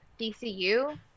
DCU